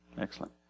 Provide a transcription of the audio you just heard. excellent